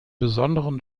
besonderen